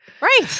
right